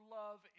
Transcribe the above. love